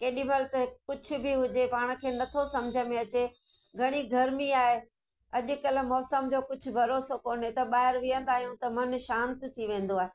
केॾीमहिल त कुझु बि हुजे पाण खे नथो सम्झ में अचे घणी गर्मी आहे अॼुकल्ह मौसम जो कुझु भरोसो कोन्हे त ॿाहिरि विहंदा आहियूं त मनु शांति थी वेंदो आहे